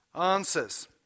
answers